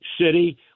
city